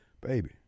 baby